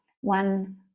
one